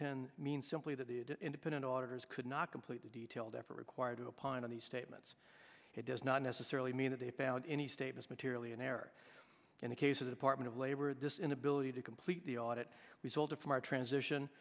ten means simply that the independent auditors could not complete the detailed ever required to upon these statements it does not necessarily mean that they found any status materially in error in the case of the part of labor this inability to complete the audit resulted from our transition